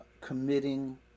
committing